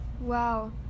Wow